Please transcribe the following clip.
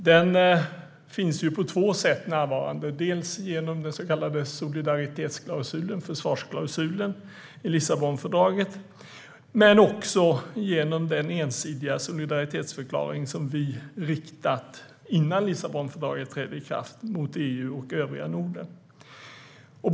Den är närvarande på två sätt - inte bara genom den så kallade solidaritetsklausulen, försvarsklausulen, i Lissabonfördraget utan också genom den ensidiga solidaritetsförklaring vi har riktat mot EU och övriga Norden innan Lissabonfördraget trädde i kraft.